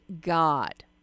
God